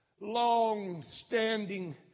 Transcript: long-standing